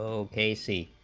ok c